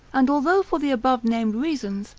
and although for the above-named reasons,